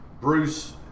Bruce